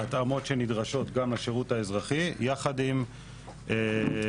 ההתאמות שנדרשות גם בשירות האזרחי יחד עם שינוי